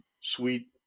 suite